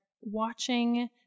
watching